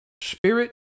spirit